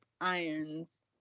irons